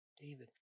David